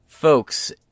Folks